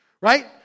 right